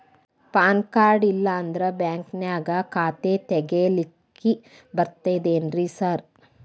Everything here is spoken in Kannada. ಪಾನ್ ಕಾರ್ಡ್ ಇಲ್ಲಂದ್ರ ಬ್ಯಾಂಕಿನ್ಯಾಗ ಖಾತೆ ತೆಗೆಲಿಕ್ಕಿ ಬರ್ತಾದೇನ್ರಿ ಸಾರ್?